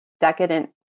decadent